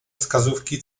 wskazówki